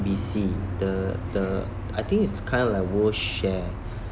the the I think it's kind of like world share